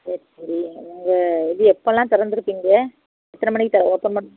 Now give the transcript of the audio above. சரி சரி நீங்கள் இது எப்போல்லாம் திறந்துருப்பீங்க எத்தனை மணிக்கு திற ஓப்பன் பண்